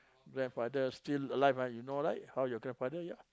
grandfather still alive ah you know right how your grandfather ya